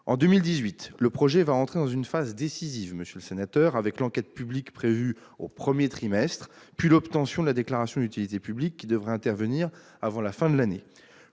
En 2018, le projet va entrer dans une phase décisive, monsieur le sénateur, avec l'enquête publique prévue au premier trimestre, puis l'obtention de la déclaration d'utilité publique, qui devrait intervenir avant la fin de l'année.